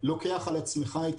לוקח על עצמך את